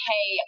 Hey